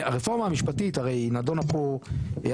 הרפורמה המשפטית הרי היא נדונה פה עכשיו,